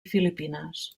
filipines